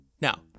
Now